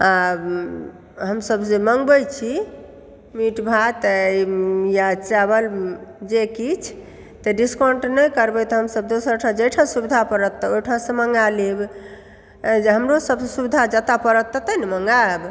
आ हमसभ जे मँगबै छी मीट भात या चावल जे किछु तऽ डिस्काउंट नहि करबै तऽ हमसभ दोसर ठाम जाहिठाम सुविधा पड़त तऽ ओहिठामसँ मँगा लेब हमरोसभ सुविधा जतय पड़त ततय न मँगायब